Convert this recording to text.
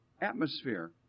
atmosphere